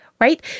right